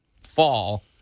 fall